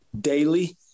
daily